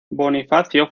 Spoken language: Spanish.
bonifacio